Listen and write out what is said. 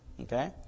okay